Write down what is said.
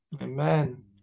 Amen